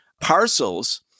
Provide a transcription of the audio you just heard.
parcels